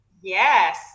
Yes